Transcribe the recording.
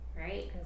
right